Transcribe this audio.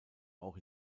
auch